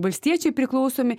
valstiečiai priklausomi